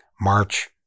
March